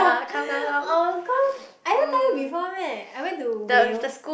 oh cause I never tell you before meh I went to Wales